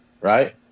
right